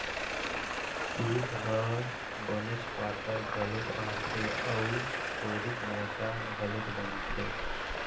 सूत ह बनेच पातर घलोक आथे अउ थोरिक मोठ्ठा घलोक बनथे